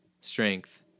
strength